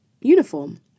uniform